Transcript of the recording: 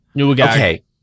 okay